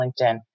LinkedIn